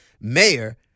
mayor